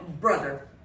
brother